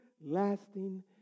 lasting